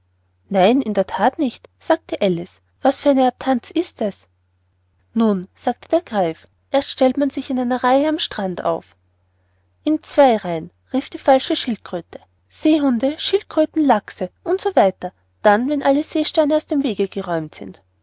nein in der that nicht sagte alice was für eine art tanz ist es nun sagte der greif erst stellt man sich in einer reihe am strand auf in zwei reihen rief die falsche schildkröte seehunde schildkröten lachse und so weiter dann wenn alle seesterne aus dem wege geräumt sind